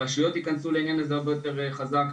הרשויות ייכנסו לעניין הזה הרבה יותר חזק,